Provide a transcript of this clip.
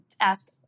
ask